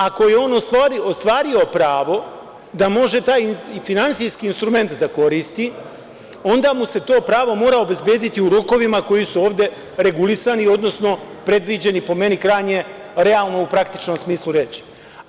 Ako je on ostvario pravo da može taj finansijski instrument da koristi, onda mu se to pravo mora obezbediti u rokovima koji su ovde regulisani, odnosno predviđeni, po meni krajnje realno u praktičnom smislu reči.